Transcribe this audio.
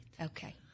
Okay